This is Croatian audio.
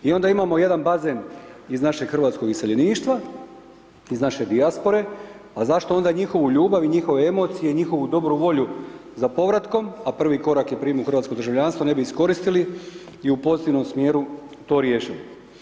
I onda imamo jedan bazen iz našeg hrvatskog iseljeništva, iz naše dijaspore, pa zašto onda njihovu ljubav i njihove emocije i njihovu dobru volju za povratkom, a prvi korak je ... hrvatsko državljanstvo ne bi iskoristili i u pozitivnom smjeru to riješili?